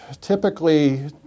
typically